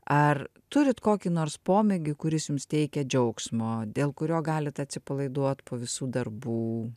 ar turit kokį nors pomėgį kuris jums teikia džiaugsmo dėl kurio galit atsipalaiduot po visų darbų